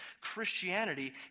Christianity